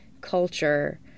culture